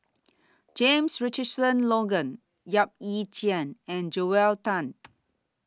James Richardson Logan Yap Ee Chian and Joel Tan